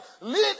Lead